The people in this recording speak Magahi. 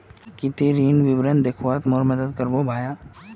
की ती ऋण विवरण दखवात मोर मदद करबो भाया